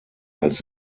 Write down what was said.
als